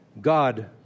God